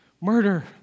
Murder